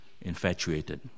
infatuated